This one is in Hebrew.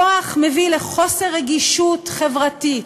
כוח מביא לחוסר רגישות חברתית,